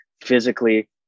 physically